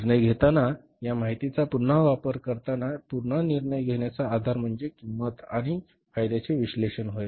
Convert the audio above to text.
निर्णय घेताना या माहितीचा पुन्हा वापर करताना पुन्हा निर्णय घेण्याचा आधार म्हणजे किंमत आणि फायद्याचे विश्लेषण होय